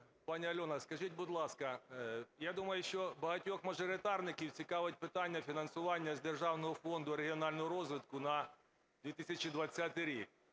Пані Альоно, скажіть, будь ласка, я думаю, що багатьох мажоритарників цікавить питання фінансування з Державного фонду регіонального розвитку на 2020 рік,